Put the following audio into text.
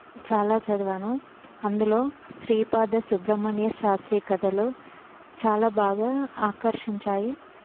చాలా చదివాను అందులో శ్రీపాద సుబ్రహ్మణ్యశాస్త్రి కథలు చాలా బాగా ఆకర్షించాయి